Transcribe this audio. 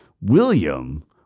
William